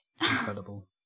Incredible